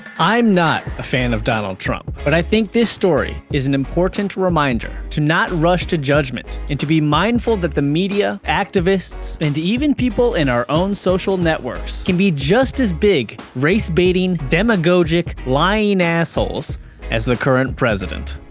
i am not a fan of donald trump. but i think this story is an important reminder to not rush to judgement and to be mindful that the media, activists, and even people in our own social networks, can be just as big race-baiting, demagogic, lying assholes as the current president.